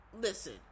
listen